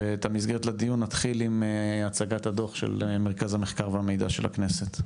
ואת המסגרת לדיון נתחיל עם הצגת הדו"ח של המרכז למחקר והמידע של הכנסת.